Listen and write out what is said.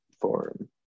form